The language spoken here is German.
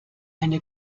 eine